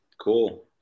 Cool